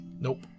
Nope